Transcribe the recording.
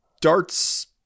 darts